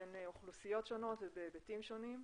בין אוכלוסיות שונות ובהיבטים שונים.